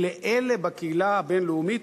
כי לאלה בקהילה הבין-לאומית,